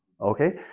Okay